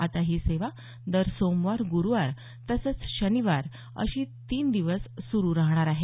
आता ही सेवा दर सोमवार गुरूवार तसंच शनिवार अशी तीन दिवस सुरू राहणार आहे